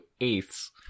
eighths